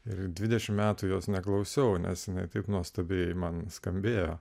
ir dvidešim metų jos neklausiau nes ne taip nuostabiai man skambėjo